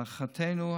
להערכתנו,